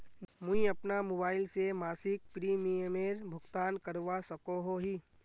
मुई अपना मोबाईल से मासिक प्रीमियमेर भुगतान करवा सकोहो ही?